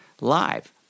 live